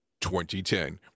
2010